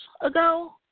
ago